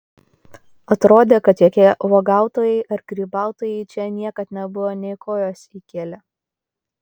atrodė kad jokie uogautojai ar grybautojai čia niekad nebuvo nė kojos įkėlę